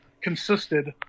consisted